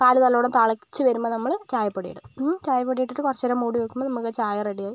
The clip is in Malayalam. പാല് നല്ലവണ്ണം തിളച്ച് വരുമ്പം നമ്മൾ ചായ പൊടിയിടും ചായ പൊടിയിട്ടിട്ട് കുറച്ച് നേരം മൂടി വെക്കുമ്പം നമുക്ക് ചായ റെഡിയായി